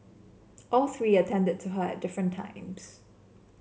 all three attended to her at different times